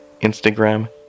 Instagram